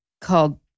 called